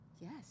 yes